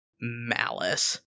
malice